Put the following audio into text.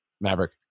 Maverick